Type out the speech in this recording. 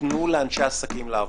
"תנו לאנשי העסקים לעבוד".